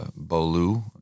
Bolu